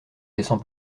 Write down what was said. descend